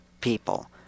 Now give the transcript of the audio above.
people